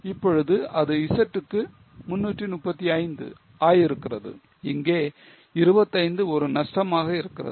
இப்பொழுது அது Z க்கு 335 ஆகியிருக்கிறது இங்கே 25 ஒரு நஷ்டமாக இருக்கிறது